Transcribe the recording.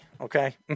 Okay